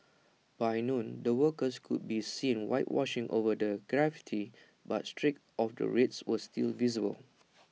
by noon the workers could be seen whitewashing over the graffiti but streaks of the red were still visible